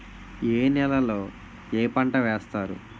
ఏ నేలలో ఏ పంట వేస్తారు?